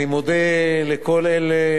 אני מודה לכל אלה